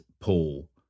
Paul